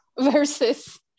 versus